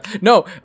No